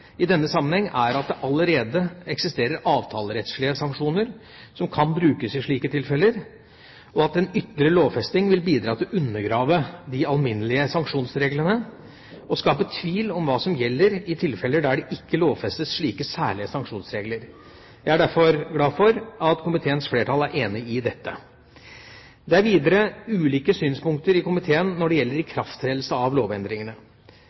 i denne sammenheng er at det allerede eksisterer avtalerettslige sanksjoner som kan brukes i slike tilfeller, og at en ytterligere lovfesting vil bidra til å undergrave de alminnelige sanksjonsreglene og skape tvil om hva som gjelder i tilfeller der det ikke lovfestes slike særlige sanksjonsregler. Jeg er derfor glad for at komiteens flertall er enig i dette. Det er videre ulike synspunkter i komiteen når det gjelder ikrafttredelse av lovendringene.